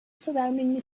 surrounding